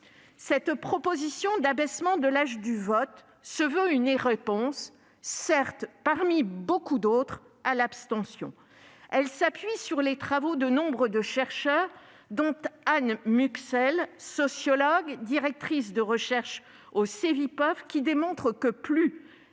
Cette proposition d'abaissement de l'âge du vote se veut une réponse, certes parmi beaucoup d'autres, à l'abstention. Elle s'appuie sur les travaux de nombreux chercheurs, dont ceux d'Anne Muxel, sociologue et directrice de recherche au Centre de